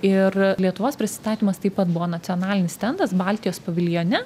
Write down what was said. ir lietuvos prisitatymas taip pat buvo nacionalinis stendas baltijos paviljone